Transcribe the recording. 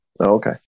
Okay